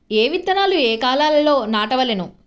ఏ విత్తనాలు ఏ కాలాలలో నాటవలెను?